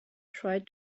tried